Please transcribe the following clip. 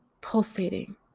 pulsating